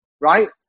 right